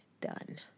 done